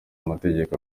amateka